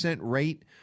rate